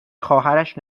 خواهرش